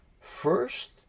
First